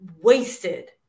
wasted